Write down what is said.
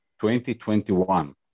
2021